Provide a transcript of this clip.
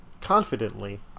confidently